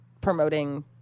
promoting